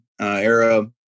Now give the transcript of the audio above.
era